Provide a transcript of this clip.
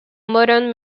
modern